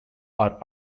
are